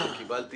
קיבלתי